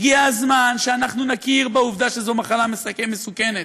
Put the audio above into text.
הגיע הזמן שאנחנו נכיר בעובדה שזו מחלה מסוכנת.